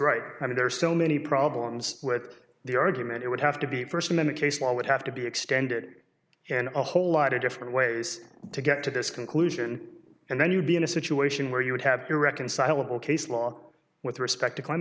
right i mean there are so many problems with the argument it would have to be first in the case law would have to be extended and a whole lot of different ways to get to this conclusion and then you'd be in a situation where you would have irreconcilable case law with respect to cl